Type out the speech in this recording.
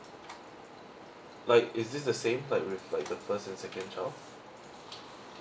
like is this the same like with like the first and second child